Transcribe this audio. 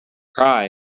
cry